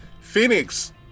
Phoenix